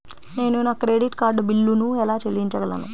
నేను నా credit card బిల్లును ఎలా చెల్లించగలను?